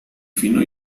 fino